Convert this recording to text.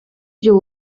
жыл